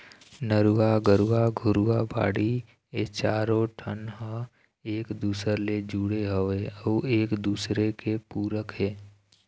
नरूवा, गरूवा, घुरूवा, बाड़ी ए चारों ठन ह एक दूसर ले जुड़े हवय अउ एक दूसरे के पूरक हे